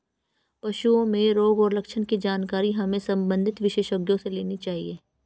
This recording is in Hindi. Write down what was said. पशुओं में रोग और लक्षण की जानकारी हमें संबंधित विशेषज्ञों से लेनी चाहिए